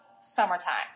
summertime